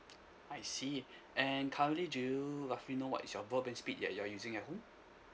I see and currently do you roughly know what is your broadband speed that you're using at home